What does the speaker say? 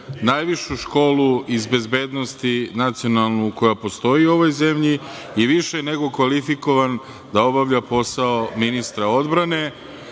najvišu školu iz bezbednosti, nacionalnu, koja postoji u ovoj zemlji i više je nego kvalifikovan da obavlja posao ministra odbrane.